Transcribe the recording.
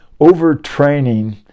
overtraining